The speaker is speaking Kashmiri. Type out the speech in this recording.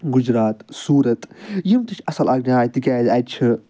گُجرات سوٗرت یِم تہِ چھِ اَصٕل اکھ جاے تِکیازِ اَتہِ چھُ